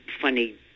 funny